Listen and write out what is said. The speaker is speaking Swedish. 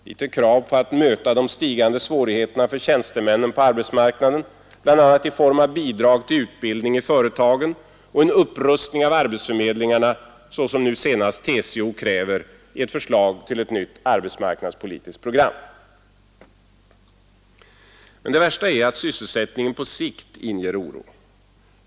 Dit hör krav på att möta de stigande svårigheterna för tjänstemännen på arbetsmarknaden, bl.a. i form av bidrag till utbildning i företagen och en upprustning av arbetsförmedlingarna såsom nu senast TCO kräver i ett förslag till nytt arbetsmarknadspolitiskt program. Men det värsta är att också sysselsättningen på sikt inger oro.